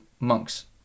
monks